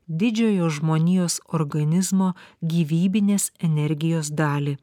didžiojo žmonijos organizmo gyvybinės energijos dalį